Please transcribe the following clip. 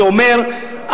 זה אומר,